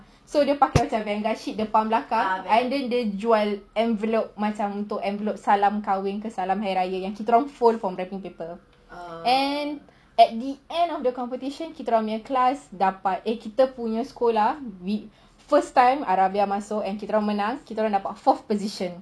so dia pakai macam vanguard sheet depan belakang and then dia jual envelope macam untuk envelope macam salam kahwin salam hari raya kita orang fold from wrapping paper and at the end of competition kita orang punya class dapat eh kita orang punya sekolah we first time arabia masuk and kita orang menang dapat fourth position